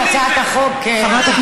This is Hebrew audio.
זו הצעה של חבר הכנסת